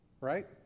Right